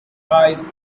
eyes